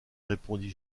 répondit